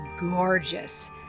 gorgeous